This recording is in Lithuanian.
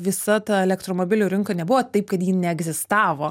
visa ta elektromobilių rinka nebuvo taip kad ji neegzistavo